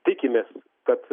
tikimės kad